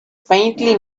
faintly